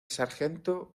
sargento